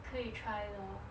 可以 try lor